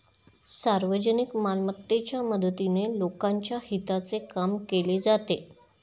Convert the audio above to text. सार्वजनिक मालमत्तेच्या मदतीने लोकांच्या हिताचे काम केले जाते